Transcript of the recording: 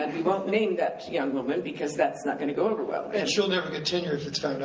and we won't name that young woman, because that's not gonna go over well. and she'll never get tenure if it's found